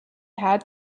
had